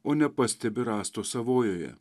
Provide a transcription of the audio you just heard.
o nepastebi rąsto savojoje